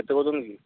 କେତେ କହୁଛନ୍ତି କି